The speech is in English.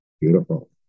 beautiful